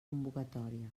convocatòria